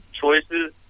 choices